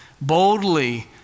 boldly